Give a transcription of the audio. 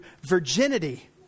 virginity